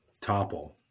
topple